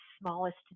smallest